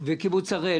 וקיבוץ הראל.